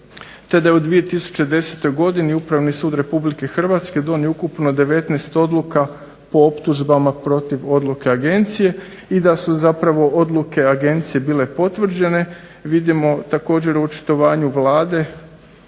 u 2010. godini Upravni sud Republike Hrvatske donio ukupno 19 odluka po optužbama protiv odluke Agencije i da su zapravo odluke Agencije bile potvrđene vidimo također u očitovanju Vlade